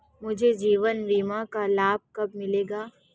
मुझे जीवन बीमा का लाभ कब मिलेगा?